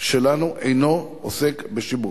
שלנו אינו עוסק בשיבוץ.